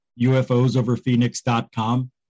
UFOsoverPhoenix.com